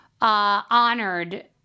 honored